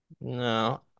No